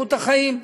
באיכות החיים.